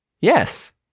Yes